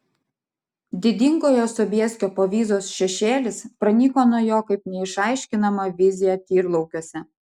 didingojo sobieskio povyzos šešėlis pranyko nuo jo kaip neišaiškinama vizija tyrlaukiuose